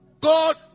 God